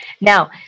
Now